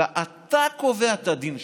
אלא אתה קובע את הדין שלך.